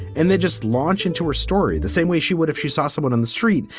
and they just launch into her story the same way she would if she saw someone on the street.